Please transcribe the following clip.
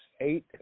eight